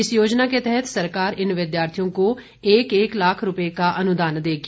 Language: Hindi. इस योजना के तहत सरकार इन विद्यार्थियों को एक एक लाख रूपए का अनुदान देगी